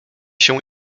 się